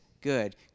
good